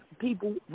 people